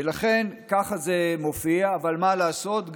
ולכן ככה זה מופיע, אבל מה לעשות?